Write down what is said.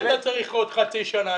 לא צריך עוד חצי שנה.